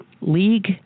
League